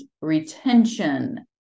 retention